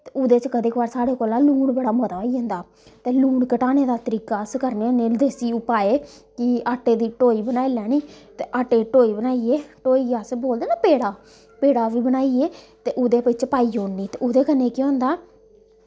ते उदे च कदें कुतै साढ़े कोला लून बड़ा मता होई जंदा ते लून घटाने दा तरीका अस करने होने देस्सी उपाए कि आटे दी टोई बनाई लैनी ते आटे दी टोई बनाइयै टोई अस बोलदे ना पेड़ा पेड़ा बी बनाइयै ते ओह्दे बिच पाई ओड़नी ते ओह्दे कन्नै केह् होंदा